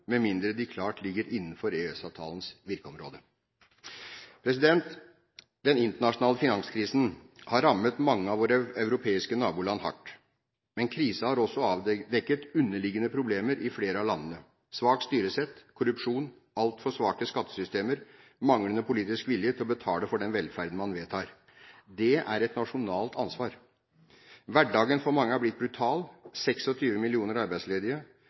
med mindre de klart ligger innenfor EØS-avtalens virkeområde. Den internasjonale finanskrisen har rammet mange av våre europeiske naboland hardt. Men krisen har også avdekket underliggende problemer i flere av landene: svakt styresett, korrupsjon, alt for svake skattesystemer og manglende politisk vilje til å betale for den velferden man vedtar. Det er et nasjonalt ansvar. Hverdagen er blitt brutal for mange. Det er 26 millioner arbeidsledige.